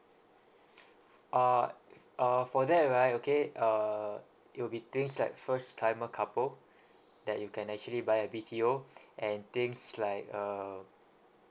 uh uh for that right okay err it will be things like first timer couple that you can actually buy a B_T_O and things like uh